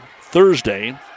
Thursday